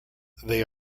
they